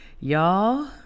Y'all